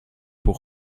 pour